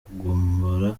kugombora